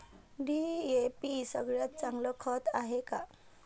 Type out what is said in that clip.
DAP सगळ्यात चांगलं खत हाये का?